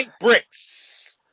Bricks